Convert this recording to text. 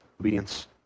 obedience